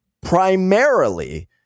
primarily